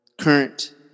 current